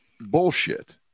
bullshit